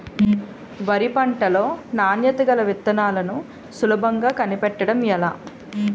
వరి పంట లో నాణ్యత గల విత్తనాలను సులభంగా కనిపెట్టడం ఎలా?